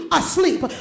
asleep